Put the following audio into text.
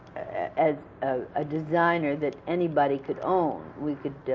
as a designer that anybody could own. we could.